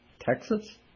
Texas